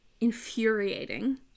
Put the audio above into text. infuriating